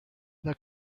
this